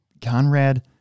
Conrad